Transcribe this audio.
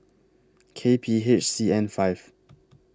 K P H C N five